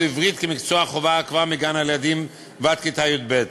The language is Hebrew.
עברית כמקצוע חובה כבר מגן-הילדים ועד כיתה י"ב.